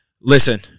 Listen